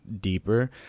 deeper